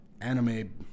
Anime